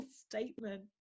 statement